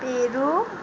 Peru